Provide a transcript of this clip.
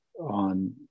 on